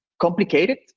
complicated